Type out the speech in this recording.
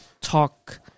talk